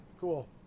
Cool